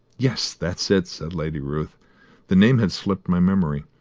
yes, that's it, said lady ruth the name had slipped my memory.